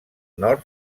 nord